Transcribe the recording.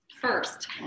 First